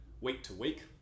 week-to-week